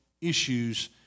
issues